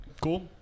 Cool